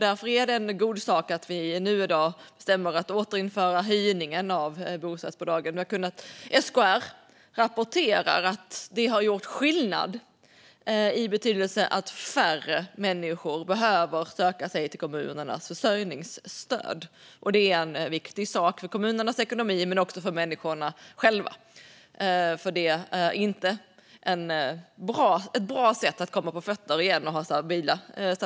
Därför är det en god sak att vi i dag beslutar om att införa en höjning av bostadsbidraget. SKR rapporterar att det har gjort skillnad, i betydelsen att färre människor behöver söka kommunernas försörjningsstöd. Det är en viktig sak för kommunernas ekonomi men också för människorna själva. Stabilitet är ett bra sätt att komma på fötter igen.